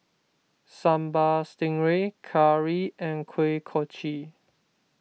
Sambal Stingray Curry and Kuih Kochi